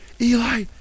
Eli